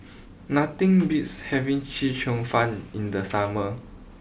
nothing beats having Chee Cheong fun in the summer